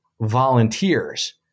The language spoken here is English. volunteers